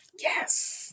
Yes